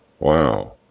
wow